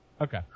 Okay